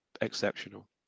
exceptional